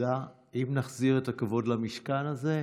נכבדה"; אם נחזיר את הכבוד למשכן הזה,